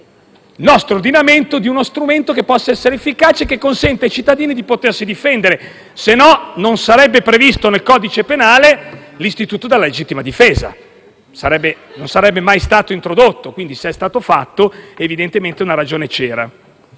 il nostro ordinamento di uno strumento che possa essere efficace e che consenta ai cittadini di difendersi. Altrimenti, non sarebbe previsto nel codice penale l'istituto della legittima difesa: non sarebbe mai stato introdotto; se è stato fatto, evidentemente una ragione c'era.